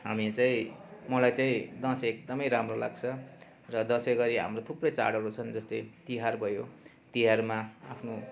हामी चाहिँ मलाई चाहिँ दसैँ एकदम राम्रो लाग्छ र दसैँ गरी हाम्रो थुप्रै चाडहरू छन् जस्तै तिहार भयो तिहारमा आफ्नो